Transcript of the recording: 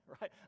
right